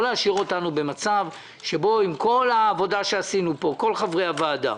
לא להשאיר אותנו במצב שבו עם כל העבודה שעשו פה כל חברי הוועדה,